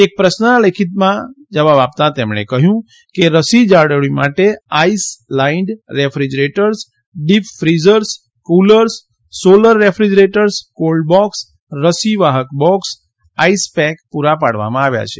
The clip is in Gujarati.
એક પ્રશ્નના લેખિત જવાબમાં તેમણે કહ્યું કે રસી જાળવણી માટે ice lined refrigerators deep freezers ક્રલર્સ સોલર રેફ્રીજરેટર્સ કોલ્ડબોક્ષ રસી વાહક બોક્ષ આઇસપેક પૂરા પાડવામાં આવ્યા છે